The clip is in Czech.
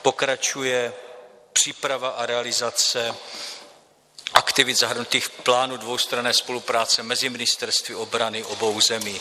Pokračuje příprava a realizace aktivit zahrnutých v plánu dvoustranné spolupráce mezi ministerstvy obrany obou zemí.